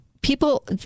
people